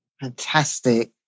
Fantastic